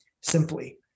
simply